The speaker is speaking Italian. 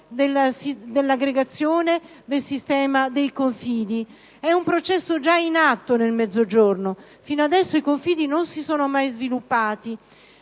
dell'aggregazione del sistema dei Confidi. È un processo già in atto nel Mezzogiorno: finora i Confidi non si sono mai sviluppati,